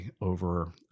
over